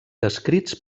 descrits